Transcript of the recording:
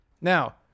Now